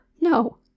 No